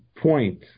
point